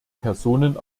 personen